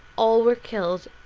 all were killed,